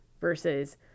versus